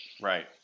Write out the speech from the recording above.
right